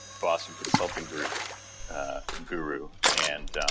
boston consulting group guru and